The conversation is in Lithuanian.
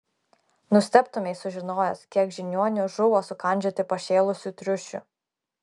nustebtumei sužinojęs kiek žiniuonių žuvo sukandžioti pašėlusių triušių